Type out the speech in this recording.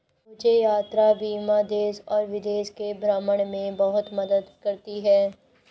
मुझे यात्रा बीमा देश और विदेश के भ्रमण में बहुत मदद करती है